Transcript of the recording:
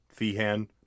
Feehan